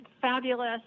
fabulous